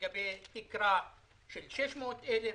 לגבי תקרה של 600,000